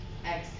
Exhale